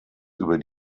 über